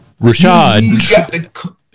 Rashad